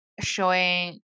showing